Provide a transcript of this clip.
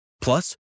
Plus